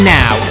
now